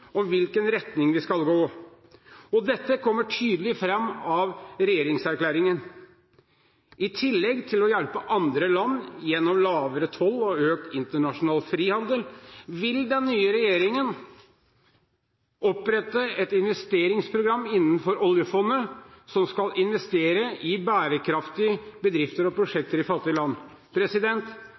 om hvilken retning vi skal gå, og dette kommer tydelig fram av regjeringserklæringen. I tillegg til å hjelpe andre land gjennom lavere toll og økt internasjonal frihandel vil den nye regjeringen opprette et investeringsprogram innenfor oljefondet som skal investere i bærekraftige bedrifter og prosjekter i fattige land.